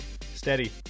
Steady